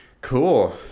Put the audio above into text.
cool